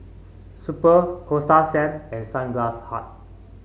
Super Coasta Sand and Sunglass Hut